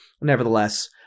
nevertheless